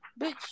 Bitch